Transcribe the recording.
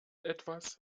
etwas